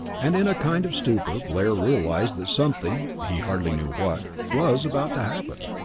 and in a kind of stupor blair realized that something he hardly knew what was about to happen.